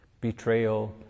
betrayal